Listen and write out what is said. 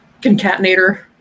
concatenator